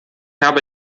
habe